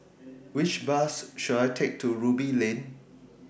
Which Bus should I Take to Ruby Lane